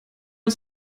uns